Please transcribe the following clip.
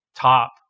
top